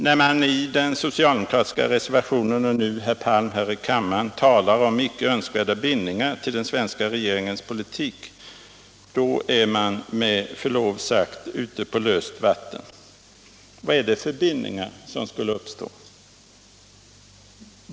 När man i den socialdemokratiska reservationen — och nu också herr Palm här i kammaren — talar om icke önskvärda bindningar till den svenska regeringens politik, då är man med förlov sagt ute på djupt vatten. Vad är det för bindningar som skulle kunna uppstå?